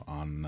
on